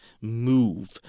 move